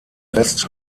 rest